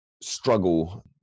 struggle